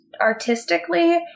artistically